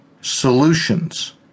solutions